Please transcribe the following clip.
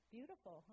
Beautiful